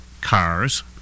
cars